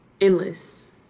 endless